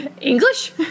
English